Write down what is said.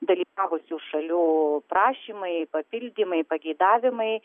dalyvavusių šalių prašymai papildymai pageidavimai